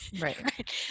Right